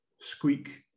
squeak